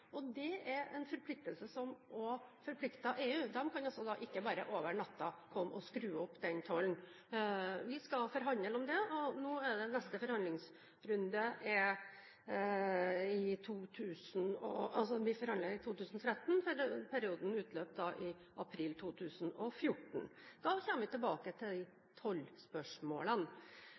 Det er en forpliktelse som også forplikter EU, de kan altså ikke bare skru opp den tollen over natten. Vi skal forhandle om det, og neste forhandlingsrunde for tollfrie kvoter er i 2013, for perioden etter april 2014. Da kommer vi tilbake til de